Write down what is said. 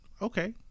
Okay